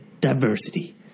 diversity